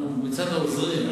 אנחנו מצד העוזרים.